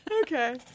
Okay